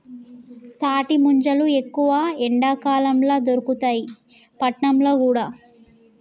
తాటి ముంజలు ఎక్కువ ఎండాకాలం ల దొరుకుతాయి పట్నంల కూడా